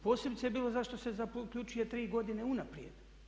Posebice je bilo zašto se zaključuje tri godine unaprijed.